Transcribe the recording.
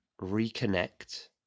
reconnect